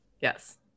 yes